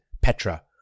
Petra